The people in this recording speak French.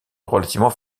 relativement